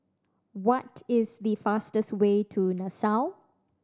what is the fastest way to Nassau